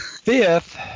Fifth